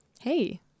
Hey